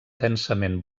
densament